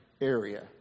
area